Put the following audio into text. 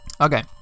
Okay